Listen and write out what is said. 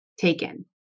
taken